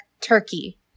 Turkey